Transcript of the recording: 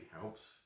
helps